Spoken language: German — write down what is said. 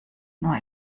nur